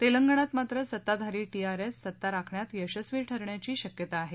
तेलंगणात मात्र सत्ताधारी टीआरएस सत्ता राखण्यात यशस्वी ठरण्याची शक्यता आहे